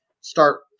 Start